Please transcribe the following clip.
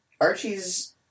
Archie's